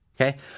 Okay